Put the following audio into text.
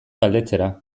galdetzera